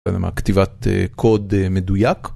כתיבת קוד מדויק.